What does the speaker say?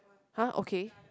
hah okay